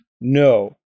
No